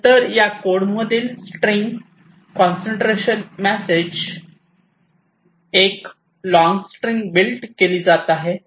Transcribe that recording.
नंतर या कोडमधील स्ट्रिंग कॉन्टेन्टेसन द्वारे मेसेज 1 लॉंग स्ट्रिंग बिल्ट केली जात आहे